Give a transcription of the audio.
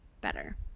better